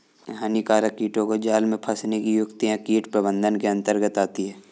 हानिकारक कीटों को जाल में फंसने की युक्तियां कीट प्रबंधन के अंतर्गत आती है